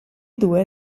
due